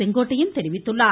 செங்கோட்டையன் தெரிவித்துள்ளார்